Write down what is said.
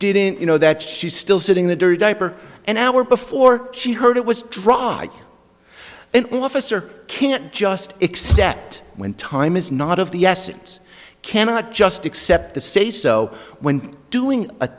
didn't you know that she still sitting in a dirty diaper an hour before she heard it was dry and officer can't just except when time is not of the essence cannot just accept the say so when doing